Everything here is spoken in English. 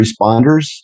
responders